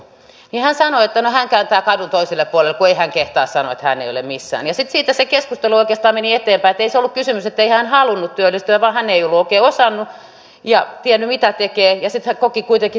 hän sanoi että no hän kääntyy kadun toiselle puolelle kun ei hän kehtaa sanoa että hän ei ole missään ja sitten siitä se keskustelu oikeastaan meni eteenpäin että ei siitä ollut kysymys ettei hän halunnut työllistyä vaan hän ei ollut oikein osannut ja tiennyt mitä tekee ja sitten hän koki sen kuitenkin häpeälliseksi